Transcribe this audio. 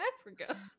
Africa